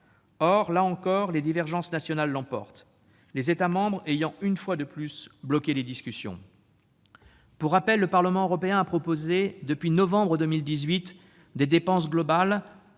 Or, là encore, les divergences nationales l'emportent, les États membres ayant une fois de plus bloqué les discussions. Pour rappel, le Parlement européen a proposé, depuis novembre 2018, des dépenses globales